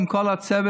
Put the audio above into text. עם כל הצוות,